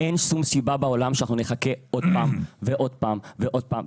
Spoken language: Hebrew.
אין שום סיבה בעולם שאנחנו נחכה עוד פעם ועוד פעם ועוד פעם.